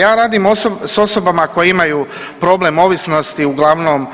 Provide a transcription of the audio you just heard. Ja radim s osobama koje imaju problem ovisnosti uglavnom